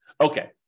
Okay